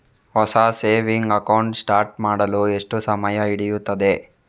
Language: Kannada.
ಹೊಸ ಸೇವಿಂಗ್ ಅಕೌಂಟ್ ಸ್ಟಾರ್ಟ್ ಮಾಡಲು ಎಷ್ಟು ಸಮಯ ಹಿಡಿಯುತ್ತದೆ?